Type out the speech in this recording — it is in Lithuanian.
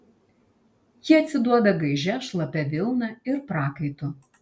ji atsiduoda gaižia šlapia vilna ir prakaitu